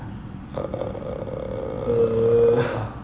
err